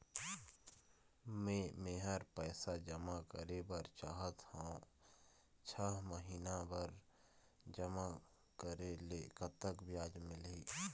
मे मेहर पैसा जमा करें बर चाहत हाव, छह महिना बर जमा करे ले कतक ब्याज मिलही?